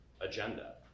agenda